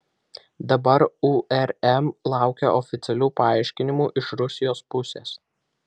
dabar urm laukia oficialių paaiškinimų ir rusijos pusės